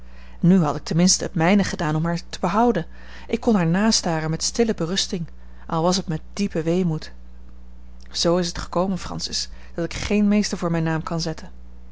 nu had ik ten minste het mijne gedaan om haar te behouden ik kon haar nastaren met stille berusting al was het met diepen weemoed zoo is het gekomen francis dat ik geen mr voor mijn naam kan zetten